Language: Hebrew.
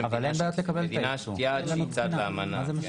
אחר כך נגדיר מה זה אמנה.